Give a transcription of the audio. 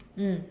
mm